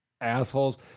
assholes